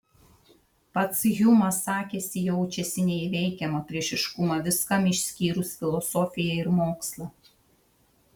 pats hjumas sakėsi jaučiasi neįveikiamą priešiškumą viskam išskyrus filosofiją ir mokslą